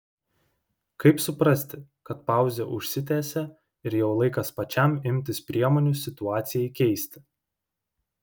kaip suprasti kad pauzė užsitęsė ir jau laikas pačiam imtis priemonių situacijai keisti